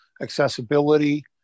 accessibility